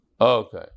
Okay